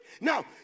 now